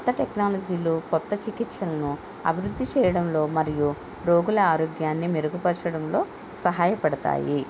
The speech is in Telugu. కొత్త టెక్నాలజీలు కొత్త చికిత్సలను అభివృద్ధి చేయడంలో మరియు రోగుల ఆరోగ్యాన్ని మెరుగుపరచడంలో సహాయపడుతాయి